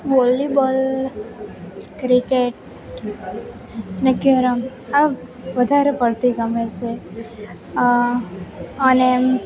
volleyball cricket અને carrom આ વધારે પડતી ગમે છે અને